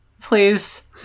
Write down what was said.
please